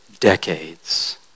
decades